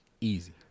Easy